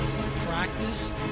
Practice